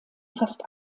fast